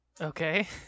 Okay